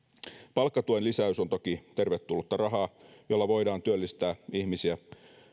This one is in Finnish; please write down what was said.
palkkatuen lisäys on toki tervetullutta rahaa jolla voidaan työllistää ihmisiä